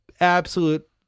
absolute